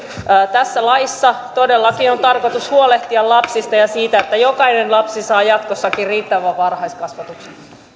tässä laissa todellakin on tarkoitus huolehtia lapsista ja siitä että jokainen lapsi saa jatkossakin riittävän varhaiskasvatuksen